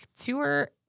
tour